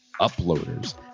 uploaders